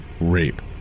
rape